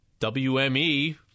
WME